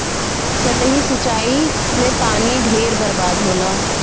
सतही सिंचाई में पानी ढेर बर्बाद होला